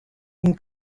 une